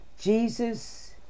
Jesus